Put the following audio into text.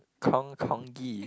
Kong Kong Gee